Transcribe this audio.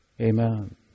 Amen